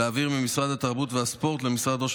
להעביר ממשרד התרבות והספורט למשרד ראש